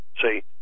See